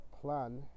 plan